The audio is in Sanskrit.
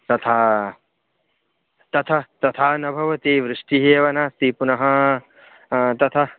तथा तथा तथा न भवति वृष्टिः एव नास्ति पुनः तथा